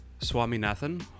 Swaminathan